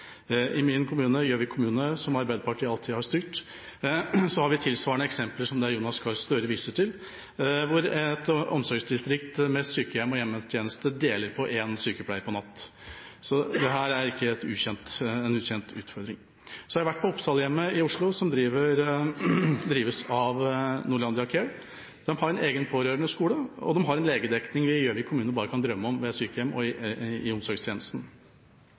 I min kommune, Gjøvik kommune, som Arbeiderpartiet alltid har styrt, har vi tilsvarende eksempler som det Jonas Gahr Støre viser til, hvor et omsorgsdistrikt med sykehjem og hjemmetjeneste deler på én sykepleier om natten, så dette er ikke en ukjent utfordring. Så har jeg vært på Oppsalhjemmet i Oslo, som drives av Norlandia Care. De har en egen pårørendeskole, og de har en legedekning vi i Gjøvik kommune bare kan drømme om ved sykehjem og i omsorgstjenesten.